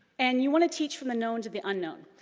and you wanna teach from the known to the unknown.